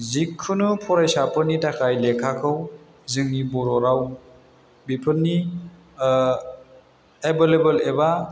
जिखुनु फरायसाफोरनि थाखाय लेखाखौ जोंनि बर' राव बिफोदनि एभोलेबोल एबा